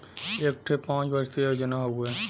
एक ठे पंच वर्षीय योजना हउवे